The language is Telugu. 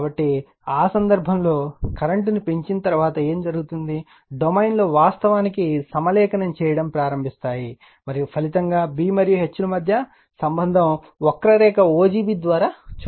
కాబట్టి ఆ సందర్భంలో కరెంట్ను పెంచిన తర్వాత ఏమి జరుగుతుంది డొమైన్లు వాస్తవానికి సమలేఖనం చేయడం ప్రారంభిస్తాయి మరియు ఫలితంగా B మరియు H ల మధ్య సంబంధం వక్రరేఖ o g b ద్వారా చూపబడుతుంది